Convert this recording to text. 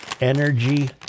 Energy –